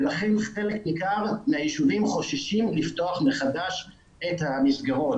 לכן חלק ניכר מהישובים חוששים לפתוח מחדש את המסגרות.